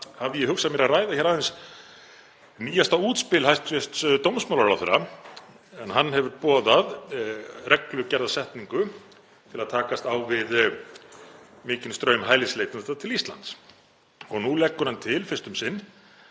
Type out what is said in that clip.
hafði ég hugsað mér að ræða hér aðeins nýjasta útspil hæstv. dómsmálaráðherra sem hefur boðað reglugerðarsetningu til að takast á við mikinn straum hælisleitenda til Íslands. Nú leggur hann til fyrst um sinn